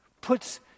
puts